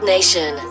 Nation